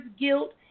guilt